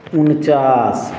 उनचास